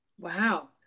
Wow